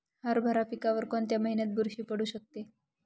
हरभरा पिकावर कोणत्या महिन्यात बुरशी पडू शकते?